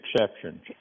exceptions